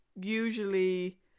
usually